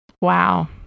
wow